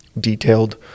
detailed